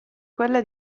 quella